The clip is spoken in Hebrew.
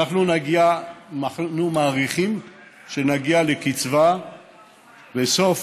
אנחנו מעריכים שנגיע בסוף